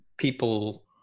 People